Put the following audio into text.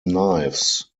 knives